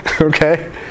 Okay